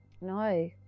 No